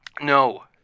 No